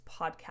podcast